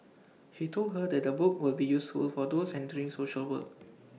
he told her that the book will be useful for those entering social work